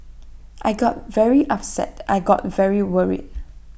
I got very upset I got very worried